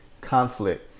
conflict